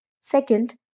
Second